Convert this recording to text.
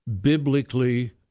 biblically